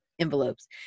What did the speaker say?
envelopes